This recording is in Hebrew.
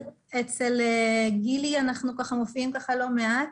אצל גילי אנחנו ככה מופיעים לא מעט,